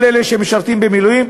כל אלה שמשרתים במילואים,